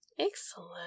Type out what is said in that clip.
Excellent